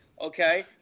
Okay